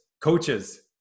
coaches